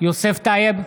יוסף טייב,